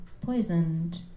poisoned